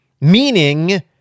meaning